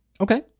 Okay